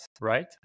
right